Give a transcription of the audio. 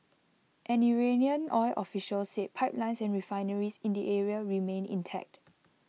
an Iranian oil official said pipelines and refineries in the area remained intact